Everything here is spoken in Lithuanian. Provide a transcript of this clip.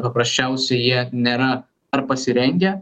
paprasčiausiai jie nėra ar pasirengę